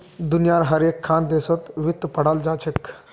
दुनियार हर एकखन देशत वित्त पढ़ाल जा छेक